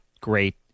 great